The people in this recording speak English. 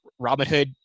Robinhood